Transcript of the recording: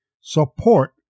support